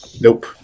Nope